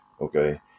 Okay